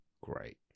great